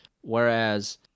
Whereas